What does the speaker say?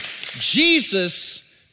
Jesus